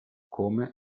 come